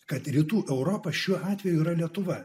kad rytų europa šiuo atveju yra lietuva